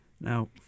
Now